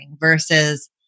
versus